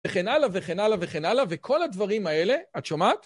וכן הלאה וכן הלאה וכן הלאה וכל הדברים האלה, את שומעת?